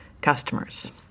customers